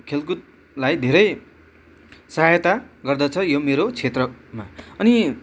खेलकुदलाई धेरै सहायता गर्दछ यो मेरो क्षेत्रमा अनि